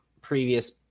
previous